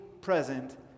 present